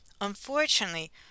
Unfortunately